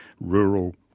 rural